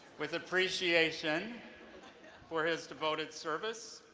with appreciation for his devoted service.